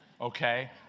okay